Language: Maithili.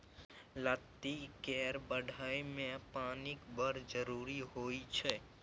लत्ती केर बढ़य मे पानिक बड़ जरुरी होइ छै